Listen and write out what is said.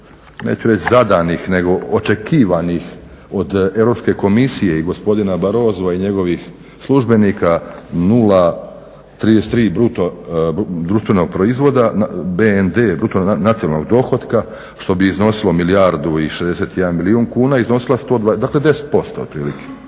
neću reći zadanih nego očekivanih od Europske komisije i gospodina Barrosoa i njegovih službenika 0,33% bruto nacionalnog dohotka što bi iznosilo milijardu i 61 milijun kuna iznosila dakle 10% otprilike,